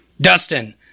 Dustin